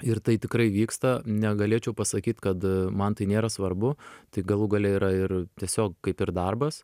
ir tai tikrai vyksta negalėčiau pasakyt kad man tai nėra svarbu tai galų gale yra ir tiesiog kaip ir darbas